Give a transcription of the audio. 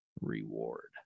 reward